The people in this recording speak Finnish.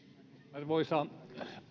arvoisa